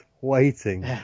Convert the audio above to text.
waiting